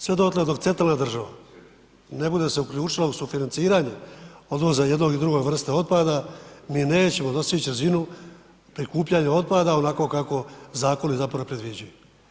Sve dotle dok centralna država ne bude se uključila u sufinanciranje odvoza jedne i druge vrste otpada, mi nećemo dostići razinu prikupljanja otpada onako kako zakoni zapravo predviđaju.